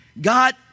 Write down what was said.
God